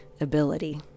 ability